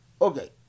Okay